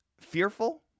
fearful